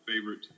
favorite